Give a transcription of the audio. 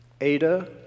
Ada